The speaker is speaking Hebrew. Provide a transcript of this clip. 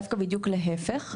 בדיוק להפך,